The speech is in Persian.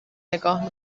نگاه